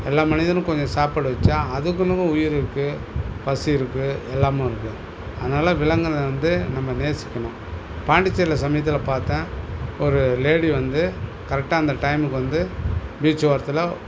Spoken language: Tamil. எல்லா மனிதனும் கொஞ்சம் சாப்பாடு வெச்சா அதுக்குன்னு ஒரு உயிர் இருக்குது பசி இருக்குது எல்லாமும் இருக்குது அதனால விலங்குகளை வந்து நம்ம நேசிக்கணும் பாண்டிச்சேரியில் சமீபத்தில் பார்த்தேன் ஒரு லேடி வந்து கரெக்டாக அந்த டைமுக்கு வந்து பீச்சு ஓரத்தில்